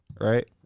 Right